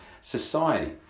society